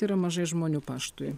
yra mažai žmonių paštui